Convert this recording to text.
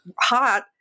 hot